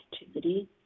activity